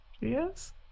Yes